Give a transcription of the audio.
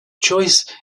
choice